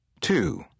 Two